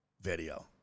video